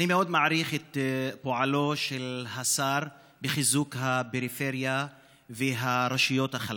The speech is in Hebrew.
אני מאוד מעריך את פועלו של השר לחיזוק הפריפריה והרשויות החלשות.